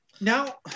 Now